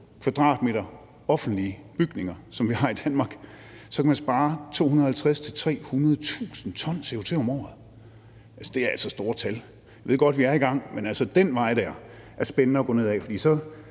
mio. m² offentlige bygninger, som vi har i Danmark, så kan man spare 250.000-300.000 t CO2 om året. Det er altså store tal. Jeg ved godt, at vi er i gang, men den vej dér er altså spændende at gå ned ad, for i